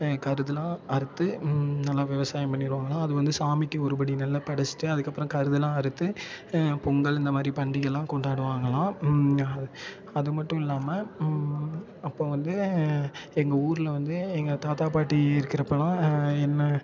கருதுலாம் அறுத்து நல்லா விவசாயம் பண்ணிடுவாங்களாம் அது வந்து சாமிக்கு ஒரு படி நெல்லை படச்சுட்டு அதுக்கப்புறம் கருதெல்லாம் அறுத்து பொங்கல் இந்த மாதிரி பண்டிகைலாம் கொண்டாடுவாங்களாம் அது அதுமட்டும் இல்லாமல் அப்புறம் வந்து எங்கள் ஊரில் வந்து எங்கள் தாத்தா பாட்டி இருக்கிறப்பலாம் என்ன